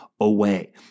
away